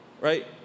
right